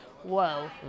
Whoa